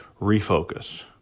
refocus